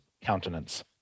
countenance